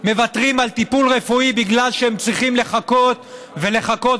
מוותרים על טיפול רפואי בגלל שהם צריכים לחכות ולחכות